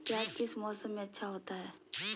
प्याज किस मौसम में अच्छा होता है?